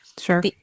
Sure